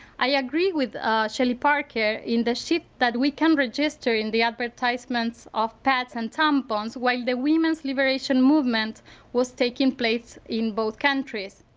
i agree with shelley parker in the that we can register in the advertisements of pads and tampons while the women's liberation movement was taking place in both countries.